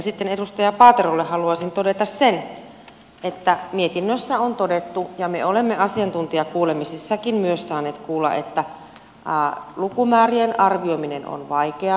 sitten edustaja paaterolle haluaisin todeta sen että mietinnössä on todettu ja me olemme asiantuntijakuulemisissakin saaneet kuulla että lukumäärien arvioiminen on vaikeaa